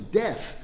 death